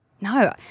No